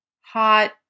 hot